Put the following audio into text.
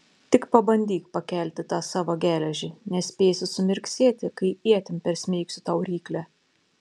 tik pabandyk pakelti tą savo geležį nespėsi sumirksėti kai ietim persmeigsiu tau ryklę